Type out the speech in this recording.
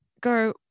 go